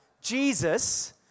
Jesus